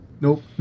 Nope